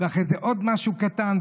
אחרי זה עוד משהו קטן,